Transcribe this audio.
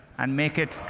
and make it.